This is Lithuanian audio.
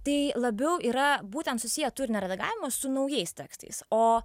tai labiau yra būtent susiję turinio reagavimas su naujais tekstais o